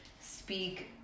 speak